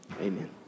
amen